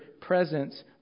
presence